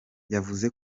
yavuze